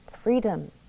freedom